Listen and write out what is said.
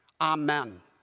Amen